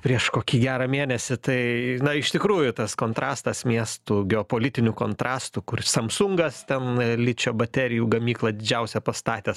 prieš kokį gerą mėnesį tai na iš tikrųjų tas kontrastas miestų geopolitinių kontrastų kur samsungas ten ličio baterijų gamyklą didžiausią pastatęs